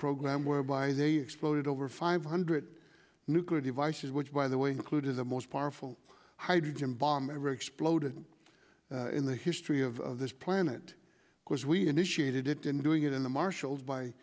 program whereby they exploded over five hundred nuclear devices which by the way occluded the most powerful hydrogen bomb ever exploded in the history of this planet because we initiated it in doing it in the marshals by